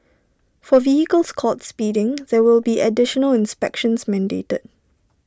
for vehicles caught speeding there will be additional inspections mandated